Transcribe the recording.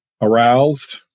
aroused